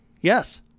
Yes